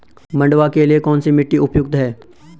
मंडुवा के लिए कौन सी मिट्टी उपयुक्त है?